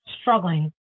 struggling